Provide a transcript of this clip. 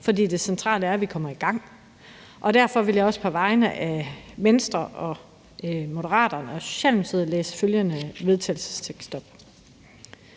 for det centrale er, at vi kommer i gang. Derfor vil jeg også på vegne af Venstre, Moderaterne og Socialdemokratiet oplæse følgende: Forslag til